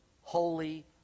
holy